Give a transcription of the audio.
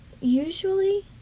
usually